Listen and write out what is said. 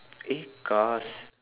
eh cars